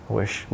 wish